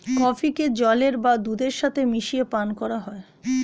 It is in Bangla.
কফিকে জলের বা দুধের সাথে মিশিয়ে পান করা হয়